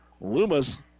Loomis